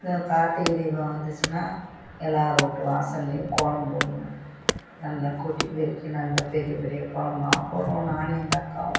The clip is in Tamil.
அதுவும் கார்த்திகை தீபம் வந்துச்சுனால் எல்லார் வீட்டு வாசல்லேயும் கோலம் போடுவேன் நல்லா கூட்டிப்பெருக்கி நல்ல பெரிய பெரிய கோலமாக போடுவோம் நானும் எங்கள் அக்காவும்